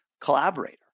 collaborator